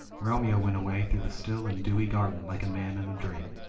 romeo went away through the still and dewy garden like a man in a dream.